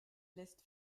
lässt